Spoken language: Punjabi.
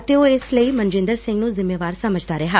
ਅਤੇ ਉਹ ਇਸ ਲਈ ਮਨਜਿੰਦਰ ਸਿੰਘ ਨੂੰ ਜਿੰਮੇਦਾਰ ਸਮਝਦਾ ਰਿਹਾ